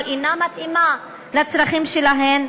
אבל היא אינה מתאימה לצרכים שלהן,